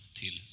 till